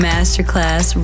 masterclass